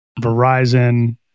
Verizon